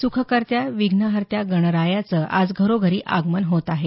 सुखकर्त्या विधनहर्त्या गणरायाचं आज घरोघरी आगमन होत आहे